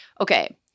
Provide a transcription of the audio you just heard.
Okay